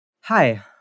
Hi